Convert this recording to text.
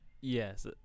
yes